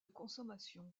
consommation